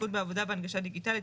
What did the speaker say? בטיחות בעבודה והנגשה דיגיטלית,